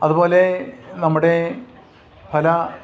അതുപോലെ നമ്മുടെ പല